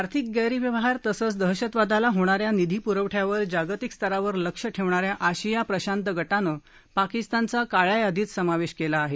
आर्थिक गैरव्यवहार तसंच दहशतवादाला होणा या निधी प्रवठयावर जागतिक स्तरावर लक्ष ठेवणा या आशिया प्रशांत गटानं पाकिस्तानचा काळ्या यादीत समावेश केला आहे